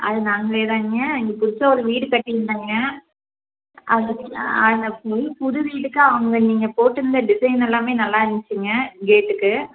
அது நாங்களேதாங்க இங்கே புதுசாக ஒரு வீடு கட்டி இருந்தேங்க அதுக்கு அங்கே புது வீட்டுக்கு அங்கே நீங்கள் போட்டிருந்த டிசைன் எல்லாமே நல்லா இருந்துச்சுங்க கேட்டுக்கு